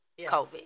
covid